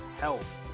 health